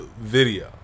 video